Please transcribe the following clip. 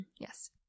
Yes